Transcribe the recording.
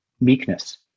meekness